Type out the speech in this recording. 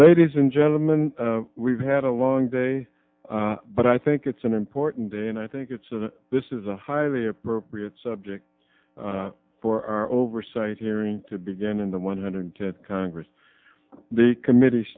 ladies and gentlemen we've had a long day but i think it's an important day and i think it's an this is a highly appropriate subject for our oversight hearing to begin in the one hundred tenth congress the committee